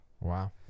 Wow